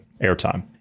airtime